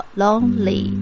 Lonely